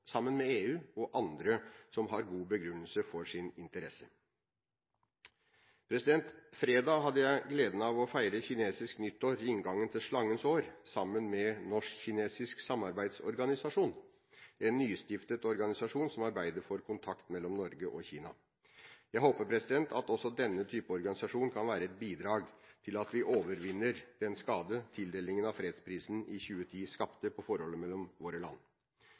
sammen med EU og andre som har god begrunnelse for sin interesse. Fredag hadde jeg gleden av å feire kinesisk nyttår – inngangen til Slangens år – sammen med Norsk Kinesisk Samarbeidsorganisasjon, en nystiftet organisasjon som arbeider for kontakt mellom Norge og Kina. Jeg håper at også denne type organisasjon kan være et bidrag til at vi overvinner den skade tildelingen av fredsprisen i 2010 skapte på forholdet mellom våre land.